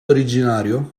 originario